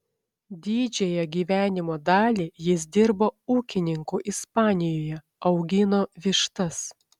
didžiąją gyvenimo dalį jis dirbo ūkininku ispanijoje augino vištas